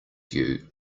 you